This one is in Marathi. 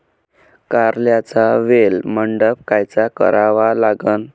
कारल्याचा वेल मंडप कायचा करावा लागन?